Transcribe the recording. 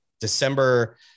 December